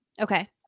Okay